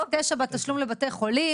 התחלנו בסעיף 9 בנוגע לתשלום לבתי החולים.